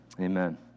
Amen